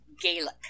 Gaelic